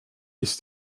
ist